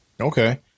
Okay